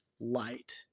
light